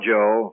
Joe